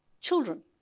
children